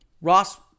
Ross